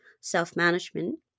self-management